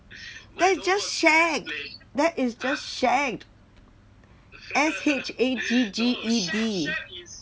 that's just shagged that is just shagged as S H A G G E D